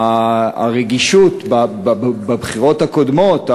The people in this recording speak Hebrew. הרגישות בבחירות הקודמות,